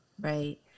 Right